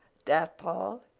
dat paul,